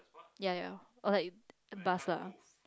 ya ya or like bus lah